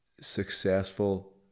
successful